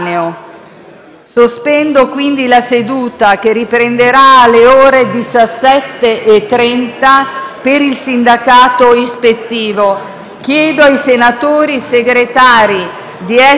economico*. Signor Presidente, in via preliminare all'illustrazione della risposta al presente atto di sindacato ispettivo vorrei innanzitutto evidenziare il lavoro svolto dall'Istituto nazionale della previdenza sociale che,